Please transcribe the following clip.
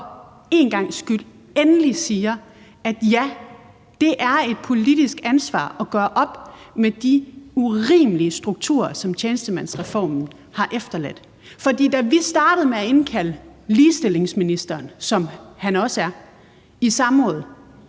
endelig siger, at ja, det er et politisk ansvar at gøre op med de urimelige strukturer, som tjenestemandsreformen har efterladt. For da vi startede med at indkalde ligestillingsministeren, som han også er, i samråd,